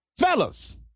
Fellas